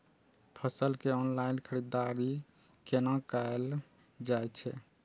फसल के ऑनलाइन खरीददारी केना कायल जाय छै?